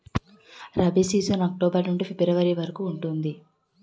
rabi season October నుండి February వరకు ఉంటుంది